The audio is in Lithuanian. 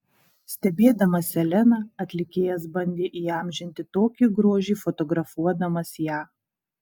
stebėdamas seleną atlikėjas bandė įamžinti tokį grožį fotografuodamas ją